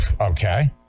okay